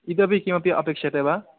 इतोपि किमपि अपेक्ष्यते वा